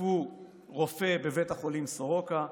תקפו רופא בבית החולים סורוקה,